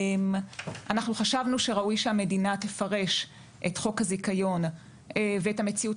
אנחנו חשבנו שראוי שהמדינה תפרש את חוק הזיכיון ואת המציאות